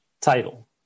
title